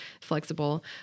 flexible